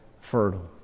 fertile